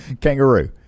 kangaroo